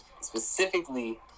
specifically